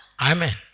Amen